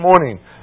morning